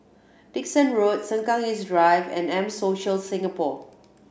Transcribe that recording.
Dickson Road Sengkang East Drive and M Social Singapore